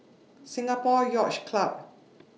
Singapore Yacht Club